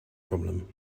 problem